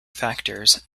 factors